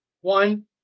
One